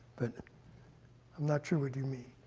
but i'm not sure what you mean.